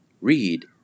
Read